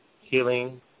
Healing